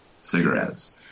cigarettes